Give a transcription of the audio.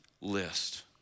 list